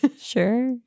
Sure